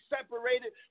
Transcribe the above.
separated